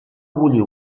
bullir